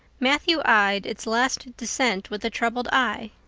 matthew eyed its last descent with a troubled eye.